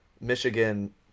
Michigan